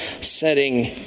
setting